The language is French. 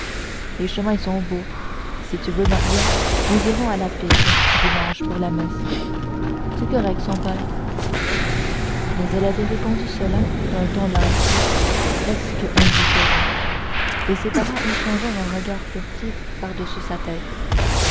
les chemins sont beaux si tu veux maria nous irons à la pipe dimanche pour la messe c'est correct son père mais elle avait répondu cela d'un ton lassé presque indifférent et ses parents échangèrent un regard furtif par-dessus sa tête